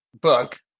book